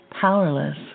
powerless